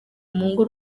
mungu